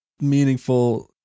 meaningful